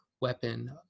weapon